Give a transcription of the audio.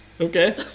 Okay